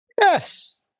Yes